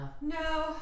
No